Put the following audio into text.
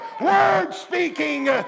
word-speaking